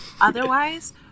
otherwise